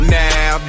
now